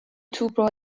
توپو